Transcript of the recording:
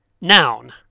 Noun